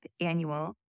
annual